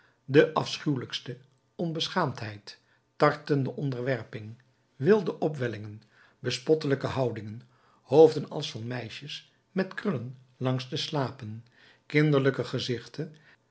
de afschuwelijkste onbeschaamdheid tartende onderwerping wilde opwellingen bespottelijke houdingen hoofden als van meisjes met krullen langs de slapen kinderlijke gezichten